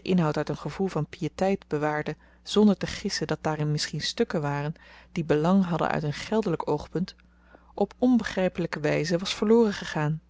inhoud uit een gevoel van pieteit bewaarde zonder te gissen dat daarin misschien stukken waren die belang hadden uit een geldelyk oogpunt op onbegrypelyke wyze was verloren gegaan